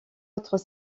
autres